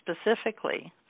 specifically